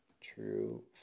true